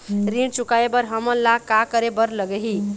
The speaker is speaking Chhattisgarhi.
ऋण चुकाए बर हमन ला का करे बर लगही?